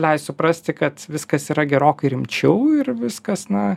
leis suprasti kad viskas yra gerokai rimčiau ir viskas na